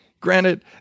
Granted